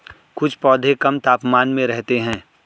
कुछ पौधे कम तापमान में रहते हैं